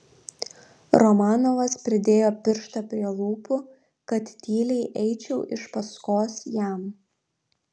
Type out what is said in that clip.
romanovas pridėjo pirštą prie lūpų kad tyliai eičiau iš paskos jam